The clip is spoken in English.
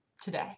today